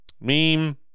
meme